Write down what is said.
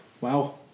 Wow